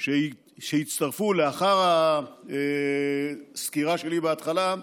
שהצטרפו לאחר הסקירה שלי בהתחלה,